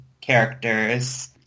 characters